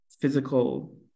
physical